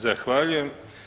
Zahvaljujem.